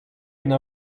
une